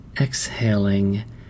exhaling